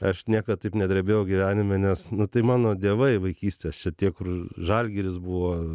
aš niekad taip nedrebėjau gyvenime nes nu tai mano dievai vaikystės čia tie kur žalgiris buvo